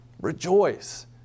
rejoice